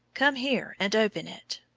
come here and open it.